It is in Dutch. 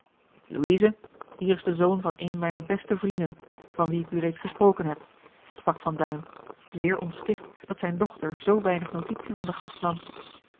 hier is de zoon van een mijner beste vrienden van wien ik u reeds gesproken heb sprak van duin zeer ontsticht dat zijne dochter zoo weinig notitie van den gast nam